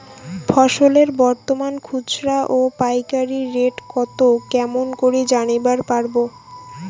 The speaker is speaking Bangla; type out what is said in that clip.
ফসলের বর্তমান খুচরা ও পাইকারি রেট কতো কেমন করি জানিবার পারবো?